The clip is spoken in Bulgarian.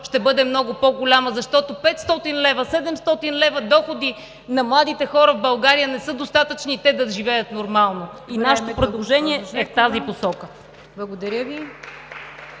ще бъде много по-голяма, защото 500 лв. – 700 лв. доходи за младите хора в България не са достатъчни, за да живеят нормално. Нашето предложение е в тази посока. (Ръкопляскания